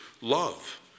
love